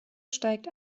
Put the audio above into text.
steigt